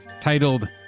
titled